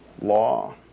law